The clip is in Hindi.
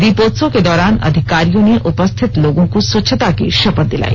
दीपोत्सव के दौरान अधिकारियों ने उपस्थित लोगों को स्वच्छता शपथ दिलाई